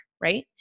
Right